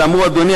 אלא אמרו: אדוני,